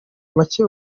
make